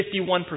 51%